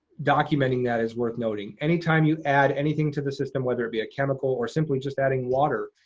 documenting that is worth noting. any time you add anything to the system, whether it be a chemical or simply just adding water,